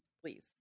please